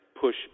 push